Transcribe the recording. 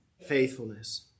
faithfulness